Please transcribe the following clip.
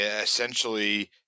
essentially